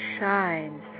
shines